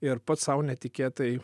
ir pats sau netikėtai